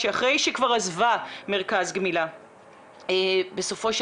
שאחרי שכבר עזבה מרכז גמילה בסופו של